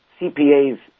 CPAs